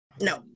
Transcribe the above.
No